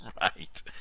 Right